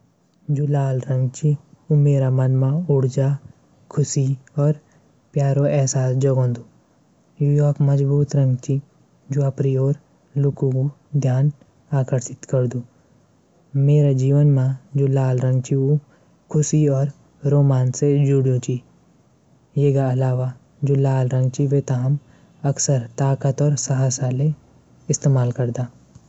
नारंगी रंग से म्यार दिमागी मा खयाल आंदू। कि नांरगी रंग ऊर्जा और उत्साह प्रतीक। खेल गतिविधियों कू प्रतीक भ च। और कला डिजाइन मा भी रचनात्मक उपयोग करदा हम।